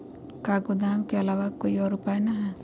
का गोदाम के आलावा कोई और उपाय न ह?